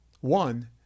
One